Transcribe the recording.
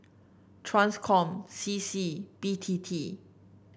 Transcom C C B T T